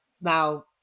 Now